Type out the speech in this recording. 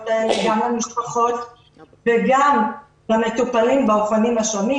האלה גם למשפחות וגם למטופלים באופנים השונים,